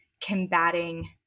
combating